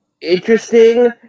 interesting